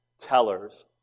tellers